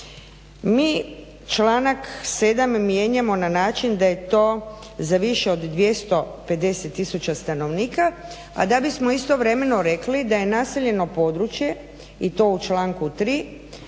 Mi članak 7. mijenjamo na način da je to za više od 250 000 stanovnika, a da bismo istovremeno rekli da je naseljeno područje i to u članku 3.